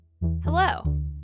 Hello